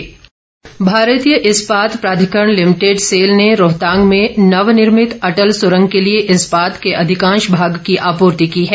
इस्पात भारतीय इस्पात प्राधिकरण लिमिटेड सेल ने रोहतांग में नवनिर्मित अटल सुरंग के लिए इस्पात के अधिकांश भाग की आपूर्ति की है